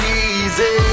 easy